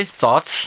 thoughts